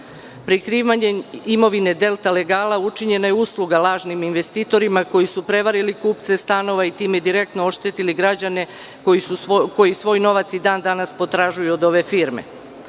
Prikrivanjem imovine „Delta legala“ učinjena je usluga lažnim investitorima koji su prevarili kupce stanova i time direktno oštetili građane koji svoj novac i dan danas potražuju od ove firme. Da